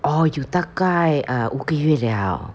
orh 有大概五个月 liao